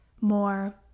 more